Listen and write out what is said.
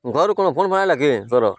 ଘରୁ କ'ଣ ଫୋନ ଫାନ୍ ଆସିଲା କି ତୋର